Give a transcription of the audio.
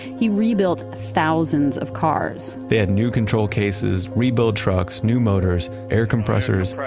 he rebuilt ah thousands of cars they had new control cases, rebuild trucks, new motors, air compressors,